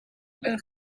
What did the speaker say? een